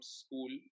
school